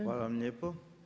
Hvala vam lijepo.